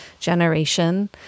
generation